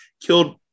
killed